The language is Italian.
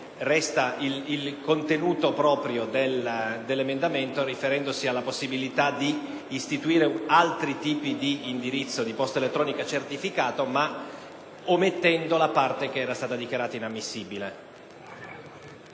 salvo il contenuto proprio dell’emendamento, cioeil riferimento alla possibilita di istituire altri tipi di indirizzi di posta elettronica certificata, omettendo pero` la parte che era stata dichiarata inammissibile.